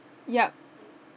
yup